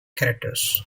characters